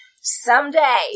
someday